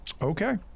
Okay